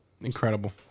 Incredible